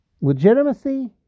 Legitimacy